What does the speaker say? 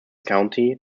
county